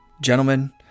gentlemen